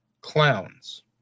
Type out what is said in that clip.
clowns